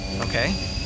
Okay